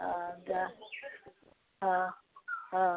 ହଁ ହଁ